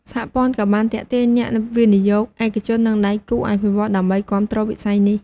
សហព័ន្ធក៏បានទាក់ទាញអ្នកវិនិយោគឯកជន និងដៃគូអភិវឌ្ឍន៍ដើម្បីគាំទ្រវិស័យនេះ។